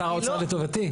שר האוצר לטובתי?